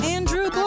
Andrew